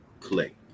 Click